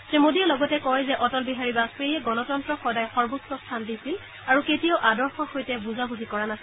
শ্ৰীমোদীয়ে লগতে কয় যে অটল বিহাৰী বাজপেয়ীয়ে গণতন্ত্ৰক সৰ্বোচ্চ স্থান দিছিল আৰু কেতিয়াও আদৰ্শৰ লগত বুজাবুজি কৰা নাছিল